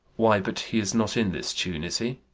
why, but he is not in this tune, is he?